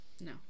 no